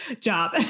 job